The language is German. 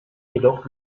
jedoch